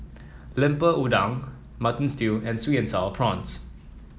Lemper Udang Mutton Stew and sweet and sour prawns